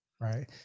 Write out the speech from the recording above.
Right